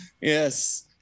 yes